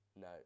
No